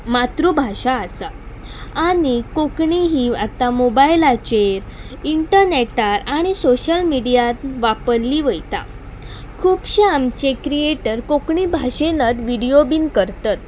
मातृभाशा आसा आनी कोंकणी ही आतां मोबायलाचेर इंटरनॅटार आनी सोशल मिडियांत वापरली वयता खुबशे आमचे क्रिऍटर कोंकणी भाशेनच विडियो बीन करतात